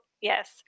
yes